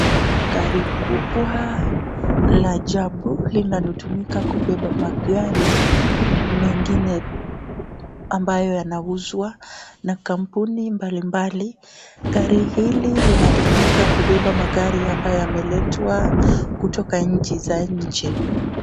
Gari kubwa la ajabu linalo tumika kubeba magari mengine ambayo yanauzwa na kampuni mbalimbali. Gari hili linatumika kubeba magari ambayo yameletwa kutoka nchi za nje.